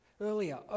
Earlier